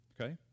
okay